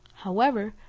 however,